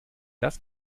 das